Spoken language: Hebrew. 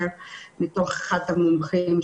למה את נותנת לי את הנתון של 2015?